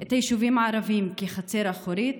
את היישובים הערביים לחצר האחורית,